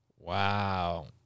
Wow